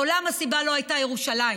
מעולם הסיבה לא הייתה ירושלים,